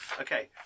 okay